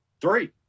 Three